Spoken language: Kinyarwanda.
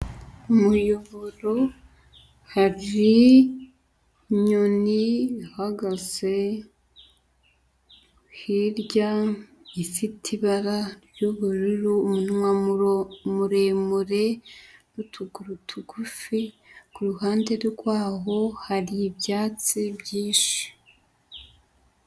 Umuyoboro, hari inyoni ihagaze hirya ifite ibara ry'ubururu, umunwa muremure n'utuguru tugufi, kuruhande rwaho hari ibyatsi byinshi.